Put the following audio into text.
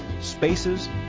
spaces